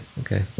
Okay